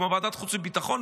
כמו ועדת החוץ והביטחון,